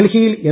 ഡൽഹിയിൽ എം